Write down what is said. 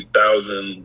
thousand